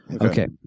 Okay